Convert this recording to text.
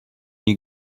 you